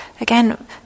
again